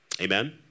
Amen